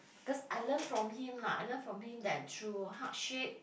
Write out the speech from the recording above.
cause I learn from him lah I learn from him that through hardship